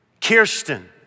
Kirsten